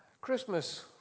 Christmas